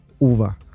over